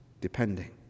depending